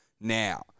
Now